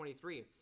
23